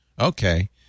okay